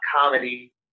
comedy